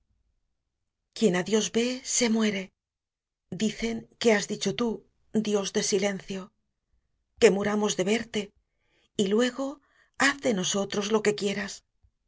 quien á dios ve se muere dicen que has dicho tú dios de silencio que muramos de verte y luege haz de nosotros lo que quieras